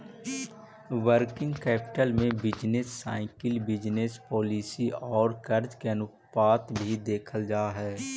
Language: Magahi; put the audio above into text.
वर्किंग कैपिटल में बिजनेस साइकिल बिजनेस पॉलिसी औउर कर्ज के अनुपात भी देखल जा हई